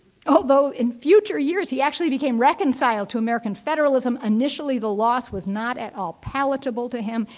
although in future years, he actually became reconciled to american federalism. initially, the loss was not at all palatable to him.